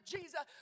Jesus